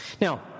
Now